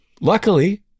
Luckily